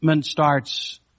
starts